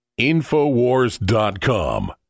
infowars.com